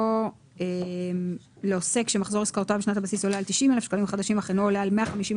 יבוא "מחזור עסקאותיו של העוסק בחודשים ינואר-פברואר 2020